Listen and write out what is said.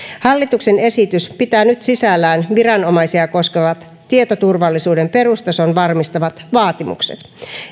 hallituksen esitys pitää nyt sisällään viranomaisia koskevat tietoturvallisuuden perustason varmistavat vaatimukset